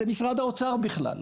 זה משרד האוצר בכלל,